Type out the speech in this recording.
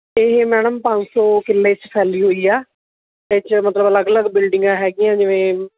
ਇਹ ਮੈਡਮ ਪੰਜ ਸੌ ਕਿੱਲੇ 'ਚ ਫੈਲੀ ਹੋਈ ਆ ਇਹ 'ਚ ਮਤਲਬ ਅਲੱਗ ਅਲੱਗ ਬਿਲਡਿੰਗਾਂ ਹੈਗੀਆਂ ਜਿਵੇਂ